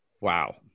wow